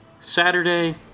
Saturday